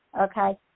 okay